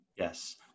Yes